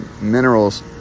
minerals